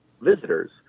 visitors